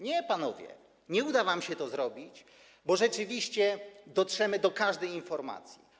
Nie, panowie, nie uda wam się tego zrobić, bo rzeczywiście dotrzemy do każdej informacji.